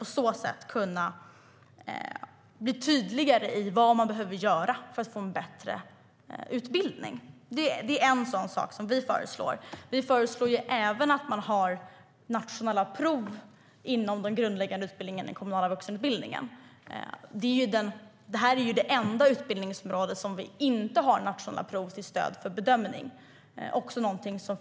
På så sätt kan det bli tydligare vad som behöver göras för att vi ska få en bättre utbildning. Vi föreslår även att man ska ha nationella prov inom de grundläggande utbildningarna i den kommunala vuxenutbildningen. Det är det enda utbildningsområde som inte har nationella prov till stöd för bedömning.